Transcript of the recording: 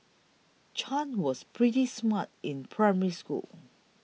Chan was pretty smart in Primary School